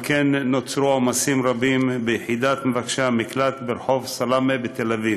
ועל כן נוצרו עומסים רבים ביחידת מבקשי המקלט ברחוב סלמה בתל אביב,